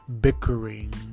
bickering